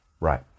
Right